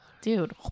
Dude